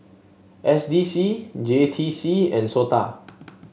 S D C J T C and SOTA